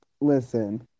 Listen